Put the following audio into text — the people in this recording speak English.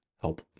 help